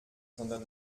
sondern